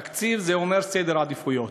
תקציב, זה אומר סדר עדיפויות.